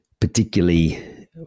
particularly